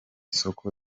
soko